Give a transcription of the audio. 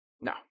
No